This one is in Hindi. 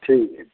ठीक है